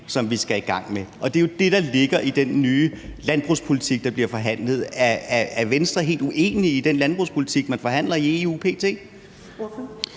som vi skal i gang med. Og det er jo det, der ligger i den nye landbrugspolitik, der bliver forhandlet. Er Venstre helt uenig i den landbrugspolitik, man p.t. forhandler i EU? Kl.